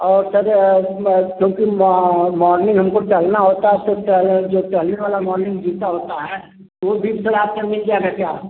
और सर क्योंकि मॉ मॉर्निंग हमको चलना होता तो चल जो चलने वाला मॉर्निंग जूता होता हैं वह भी सर आपके यहाँ मिल जाएगा क्या